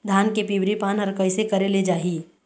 धान के पिवरी पान हर कइसे करेले जाही?